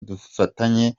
dufatanye